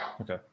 Okay